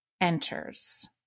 enters